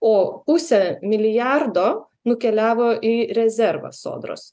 o pusę milijardo nukeliavo į rezervą sodros